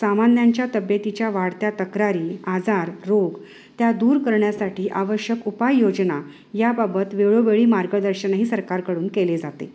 सामान्यांच्या तब्येतीच्या वाढत्या तक्रारी आजार रोग त्या दूर करण्यासाठी आवश्यक उपाय योजना याबाबत वेळोवेळी मार्गदर्शनही सरकारकडून केले जाते